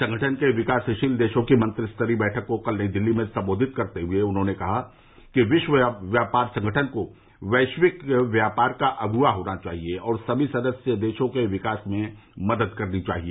संगठन के विकासशील देशों की मंत्रिस्तरीय बैठक को कल नई दिल्ली में संबोधित करते हुए उन्होंने कहा कि विश्व व्यापार संगठन को वैश्विक व्यापार का अगुवा होना चाहिए और सभी सदस्य देशों के विकास में मदद करनी चाहिए